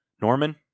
Norman